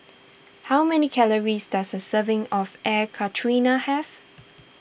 how many calories does a serving of Air Karthira have